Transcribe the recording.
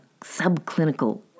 subclinical